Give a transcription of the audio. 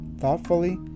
Thoughtfully